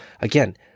again